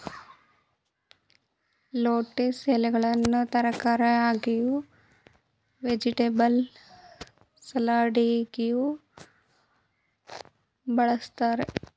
lettuce ಎಲೆಗಳನ್ನು ತರಕಾರಿಯಾಗಿಯೂ, vegetable ಸಲಡಾಗಿಯೂ ಬಳ್ಸತ್ತರೆ